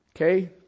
okay